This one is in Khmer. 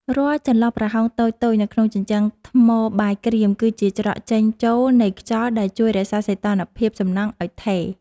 រាល់ចន្លោះប្រហោងតូចៗនៅក្នុងជញ្ជាំងថ្មបាយក្រៀមគឺជាច្រកចេញចូលនៃខ្យល់ដែលជួយរក្សាសីតុណ្ហភាពសំណង់ឱ្យថេរ។